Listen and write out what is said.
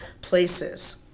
places